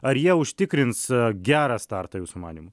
ar jie užtikrins gerą startą jūsų manymu